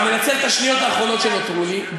ומנצל את השניות האחרונות שנותרו לי: